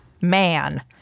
man